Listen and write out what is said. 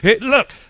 look